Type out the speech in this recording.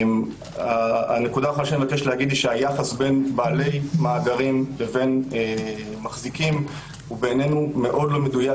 היחס בין בעלי מאגרים לבין מחזיקים הוא בעינינו מאוד לא מדויק.